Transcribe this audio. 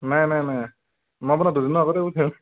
নাই নাই নাই মই আপোনাৰ দুদিনৰ আগতে পঠিয়াম